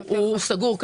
הוא כנראה סגור,